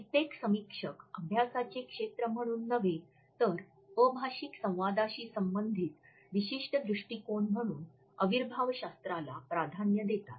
कित्येक समीक्षक अभ्यासाचे क्षेत्र म्हणून नव्हे तर अभाषिक संवादाशी संबंधित विशिष्ट दृष्टिकोन म्हणून अविर्भावशास्त्राला प्राधान्य देतात